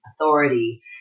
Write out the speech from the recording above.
authority